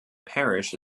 parish